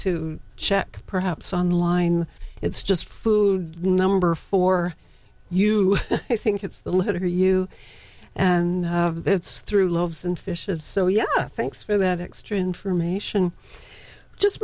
to check perhaps on line it's just food number for you i think it's the letter you and it's through loaves and fishes so yes thanks for that extra information just